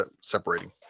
separating